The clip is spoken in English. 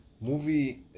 movie